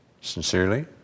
Sincerely